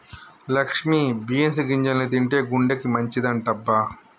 Lakshmi beans గింజల్ని తింటే గుండెకి మంచిదంటబ్బ